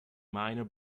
minor